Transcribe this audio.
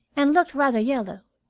and looked rather yellow.